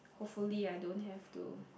hopefully I don't have to